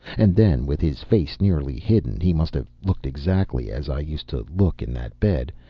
and then, with his face nearly hidden, he must have looked exactly as i used to look in that bed.